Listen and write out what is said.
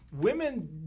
Women